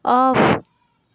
off